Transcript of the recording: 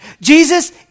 Jesus